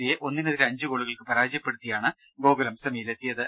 സിയെ ഒന്നിനെതിരെ അഞ്ച് ഗോളുകൾക്ക് പരാജയപ്പെടു ത്തിയാണ് ഗോകുലം സെമിയിൽ എത്തിയത്